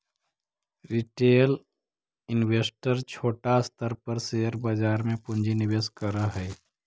retail investor छोटा स्तर पर शेयर बाजार में पूंजी निवेश करऽ हई